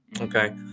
okay